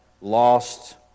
lost